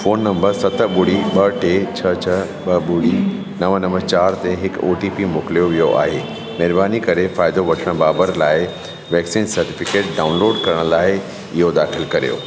phone number सत ॿुड़ी ॿ टे छह छह ॿ ॿुड़ी नव नव चारि ते हिक ओ टी पी मोकिलियो वियो आहे महिरबानी करे फ़ाइदो वठंदड़ बाबर लाइ वैक्सीन सटिफिकेट डाउनलोड करण लाइ इहो दाख़िल करियो